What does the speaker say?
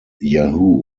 yahoo